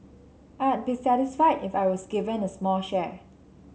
I'd be satisfied if I was given a small share